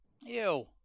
Ew